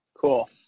cool